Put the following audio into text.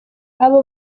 abo